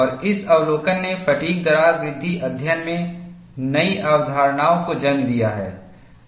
और इस अवलोकन ने फ़ैटिग् दरार वृद्धि अध्ययन में नई अवधारणाओं को जन्म दिया है